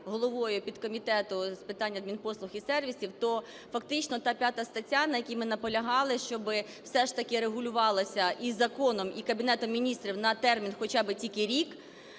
головою підкомітету з питань адмінпослуг і сервісів, то фактично та 5 стаття, на якій ми наполягали, щоби все ж таки регулювалося і законом, і Кабінетом Міністрів на термін хоча би тільки рік,